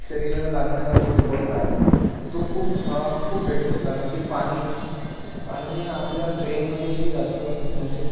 शरीराला लागनारा जो बल आहे तो खूप खूप भेटतो कारण की पाणी पाणी आपल्या ब्रेनमध्येही जातो म्हणजे